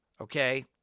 Okay